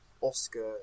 Oscar